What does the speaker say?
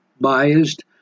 biased